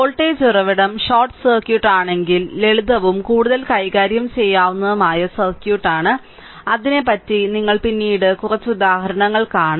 voltage ഉറവിട short circuit ആണെങ്കിൽ ലളിതവും കൂടുതൽ കൈകാര്യം ചെയ്യാവുന്നതുമായ സർക്യൂട്ട് ആൺ അതിനെപ്പറ്റി ഞങ്ങൾ പിന്നീട് കുറച്ച് ഉദാഹരണങ്ങൾ കാണും